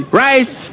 rice